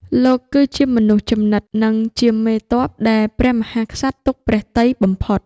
លោកគឺជាមនុស្សជំនិត និងជាមេទ័ពដែលព្រះមហាក្សត្រទុកព្រះទ័យបំផុត។